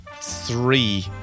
three